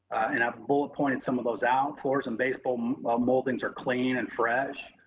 and i've bullet pointed some of those out, floors and baseboard moldings are clean and fresh,